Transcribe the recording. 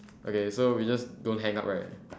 okay so we just don't hang up right